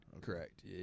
Correct